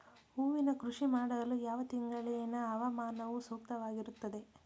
ಹೂವಿನ ಕೃಷಿ ಮಾಡಲು ಯಾವ ತಿಂಗಳಿನ ಹವಾಮಾನವು ಸೂಕ್ತವಾಗಿರುತ್ತದೆ?